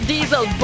Diesel